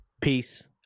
Peace